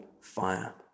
fire